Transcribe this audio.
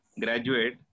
Graduate